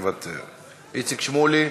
מוותר, איציק שמולי,